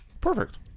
Perfect